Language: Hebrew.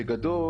בגדול,